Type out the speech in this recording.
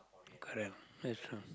correct that's true